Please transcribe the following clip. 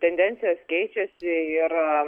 tendencijos keičiasi ir